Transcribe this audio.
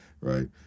right